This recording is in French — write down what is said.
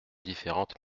différentes